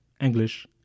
English